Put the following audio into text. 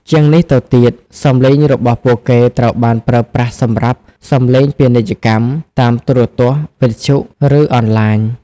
ជាងនេះទៅទៀត សំឡេងរបស់ពួកគេត្រូវបានប្រើប្រាស់សម្រាប់ សំឡេងពាណិជ្ជកម្ម តាមទូរទស្សន៍ វិទ្យុ ឬអនឡាញ។